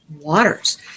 waters